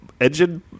engine